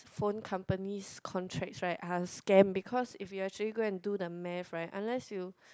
phone companies contracts right are scam because if you actually go and do the Math right unless you